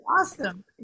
Awesome